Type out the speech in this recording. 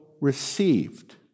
received